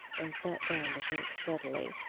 and sat down to think steadily,